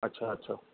अच्छा अच्छा